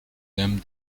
them